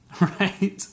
Right